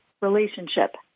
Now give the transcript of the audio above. relationship